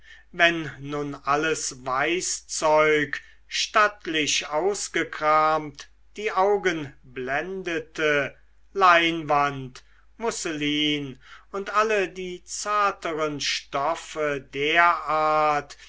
wenn nun alles weißzeug stattlich ausgekramt die augen blendete leinwand musselin und alle die zarteren stoffe der art